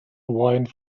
wine